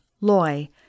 Loy